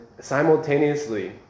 simultaneously